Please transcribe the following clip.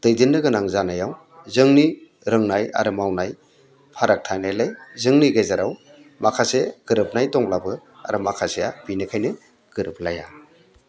दैदेननो गोनां जानायाव जोंनि रोंनाय आरो मावनाय फाराग थानायलाय जोंनि गेजेराव माखासे गोरोबनाय दंब्लाबो आरो माखासेया बेनिखायनो गोरोबलाया